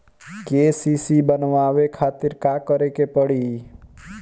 KCC बनवावे खातिर का करे के पड़ी?